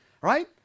right